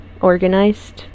organized